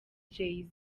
jay